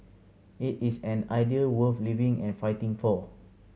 it is an idea worth living and fighting for